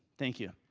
thank you.